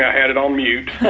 i had it on mute.